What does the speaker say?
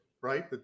right